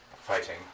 fighting